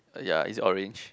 ya is it orange